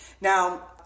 Now